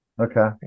Okay